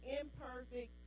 imperfect